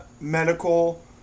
medical